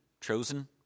chosen